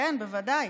כן, בוודאי.